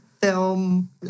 film